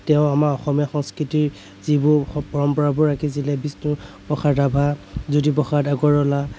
তেওঁ আমাৰ অসমীয়া সংস্কৃতিৰ যিবোৰ পৰম্পৰাবোৰ ৰাখিছিল বিষ্ণু প্ৰসাদ ৰাভা জ্যোতিপ্ৰসাদ আগৰৱালা